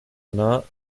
not